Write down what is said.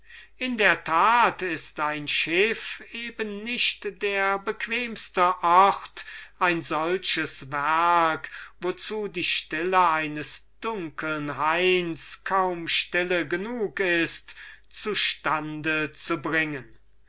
in der tat ist ein schiff eben nicht der bequemste ort ein solches werk wozu die stille eines dunkeln hains kaum stille genug ist zu stande zu bringen